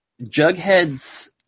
Jughead's